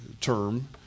term